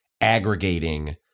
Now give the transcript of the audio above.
aggregating